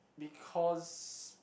because